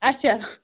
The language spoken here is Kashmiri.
اچھا